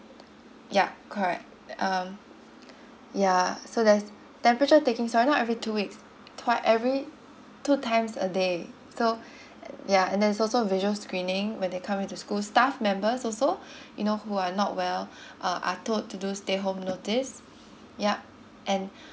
yup correct um ya so there's temperature taking sorry not every two weeks twi~ every two times a day so ya and there's also visuals screening when they come into school staff members also you know who are not well uh are told to do stay home notice yup and